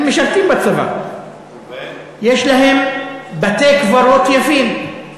הם משרתים בצבא, יש להם בתי-קברות יפים.